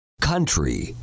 Country